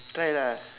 try lah